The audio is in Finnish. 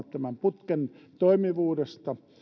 tämän putken toimivuudesta